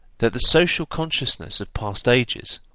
that the social consciousness of past ages,